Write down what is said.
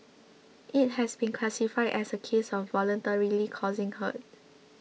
it has been classified as a case of voluntarily causing hurt